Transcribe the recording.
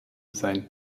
sein